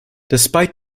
despite